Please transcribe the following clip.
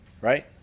right